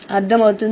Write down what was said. అర్థమవుతుందా